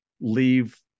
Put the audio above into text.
leave